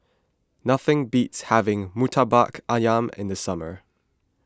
nothing beats having Murtabak Ayam in the summer